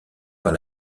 par